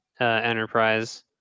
enterprise